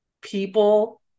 People